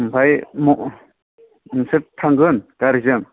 ओमफ्राय नोंसोर थांगोन गारिजों